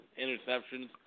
interceptions